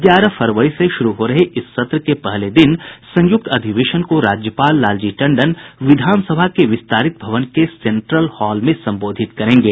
ग्यारह फरवरी से शुरू हो रहे इस सत्र के पहले दिन संयुक्त अधिवेशन को राज्यपाल लालजी टंडन विधान मंडल के विस्तारित भवन के सेंट्रल हॉल में संबोधित करेंगे